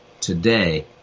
today